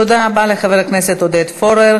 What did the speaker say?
תודה רבה לחבר הכנסת עודד פורר.